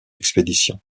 expédition